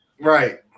right